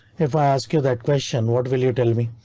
if i ask you that question, what will you tell me?